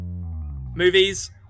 Movies